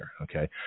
Okay